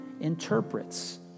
interprets